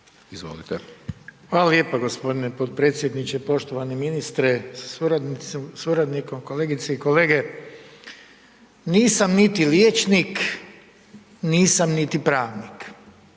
Hvala lijepo gospodine potpredsjedniče. Poštovani ministre sa suradnikom, kolegice i kolege, nisam niti liječnik, nisam niti pravnik,